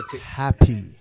happy